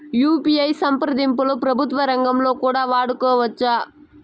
UPI సంప్రదింపులు ప్రభుత్వ రంగంలో కూడా వాడుకోవచ్చా?